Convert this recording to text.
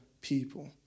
people